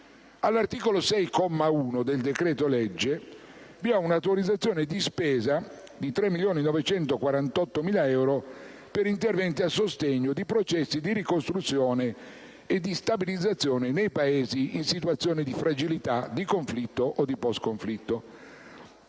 l'articolo 6, comma 1 del decreto-legge, che prevede un'autorizzazione di spesa di 3.948.000 euro per interventi a sostegno di processi di ricostruzione e di stabilizzazione nei Paesi in situazione di fragilità, conflitto o *post* conflitto.